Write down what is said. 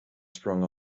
sprung